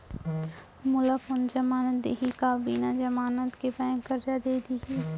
मोला कोन जमानत देहि का बिना जमानत के बैंक करजा दे दिही?